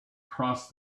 cross